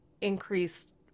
increased